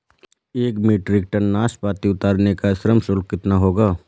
एक metric tonne नाशपाती उतारने का श्रम शुल्क कितना होगा?